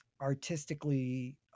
artistically